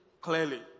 clearly